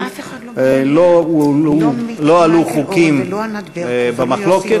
לא עלו חוקים במחלוקת,